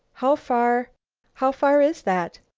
how far how far is that?